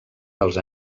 dels